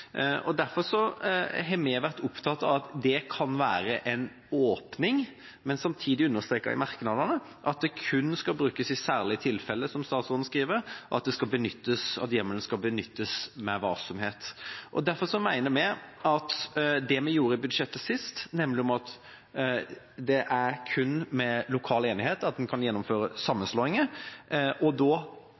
Derfor har vi vært opptatt av at det kan være en åpning, men samtidig har vi understreket i merknadene at det kun skal brukes i særlige tilfeller – som statsråden skriver – og at hjemmelen skal benyttes med varsomhet. Derfor mener vi det vi gjorde i budsjettet sist, nemlig at det er kun med lokal enighet at en kan gjennomføre sammenslåinger, og